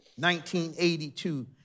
1982